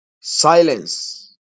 silence